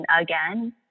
again